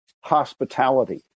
hospitality